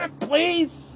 please